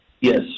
Yes